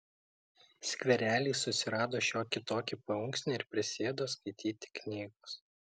skverely susirado šiokį tokį paunksnį ir prisėdo skaityti knygos